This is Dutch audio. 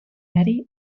merrie